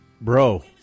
bro